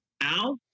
Al